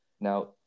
Now